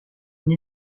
une